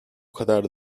kadar